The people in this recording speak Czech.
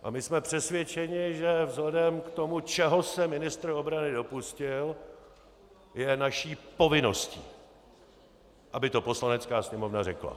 A my jsme přesvědčení, že vzhledem k tomu, čeho se ministr obrany dopustil, je naší povinností, aby to Poslanecká sněmovna řekla.